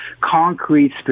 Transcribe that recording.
concrete